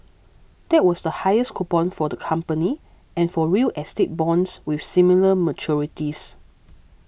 that was the highest coupon for the company and for real estate bonds with similar maturities